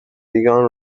began